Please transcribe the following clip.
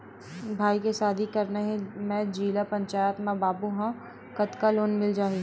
भाई के शादी करना हे मैं जिला पंचायत मा बाबू हाव कतका लोन मिल जाही?